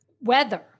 weather